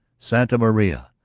santa maria!